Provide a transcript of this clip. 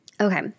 Okay